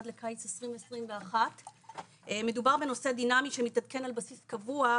עד לקיץ 2021. מדובר בנושא דינמי שמתעדכן על בסיס קבוע,